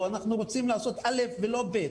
או: שאנחנו רוצים לעשות א' ולא ב',